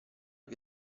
che